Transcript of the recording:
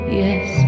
yes